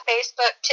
Facebook